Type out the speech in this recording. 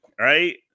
right